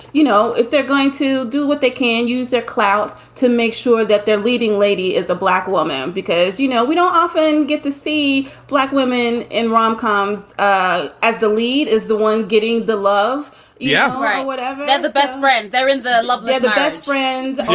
you know, if they're going to do what, they can use their clout to make sure that their leading lady is a black woman. because, you know, we don't often get to see black women in rom coms ah as the lead is the one getting the love yeah, right. whatever, man. the best friend there in the lovely. the best friend.